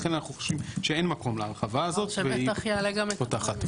לכן אנחנו חושבים שאין מקום להרחבה הזאת והיא פותחת.